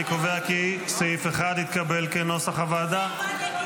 אני קובע כי סעיף 1, כנוסח הוועדה, התקבל.